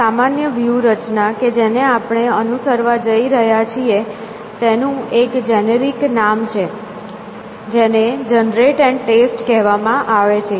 આ સામાન્ય વ્યૂહરચના કે જેને આપણે અનુસરવા જઈ રહ્યા છીએ તેનું એક જેનરિક નામ છે જેને જનરેટ અને ટેસ્ટ કહેવામાં આવે છે